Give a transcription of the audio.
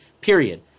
period